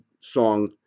song